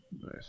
Nice